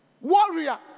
warrior